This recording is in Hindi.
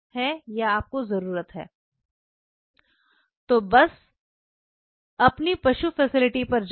तो आप बस अपनी पशु फैसिलिटी पर जाएं